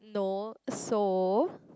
no so